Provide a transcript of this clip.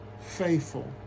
faithful